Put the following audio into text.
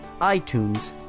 iTunes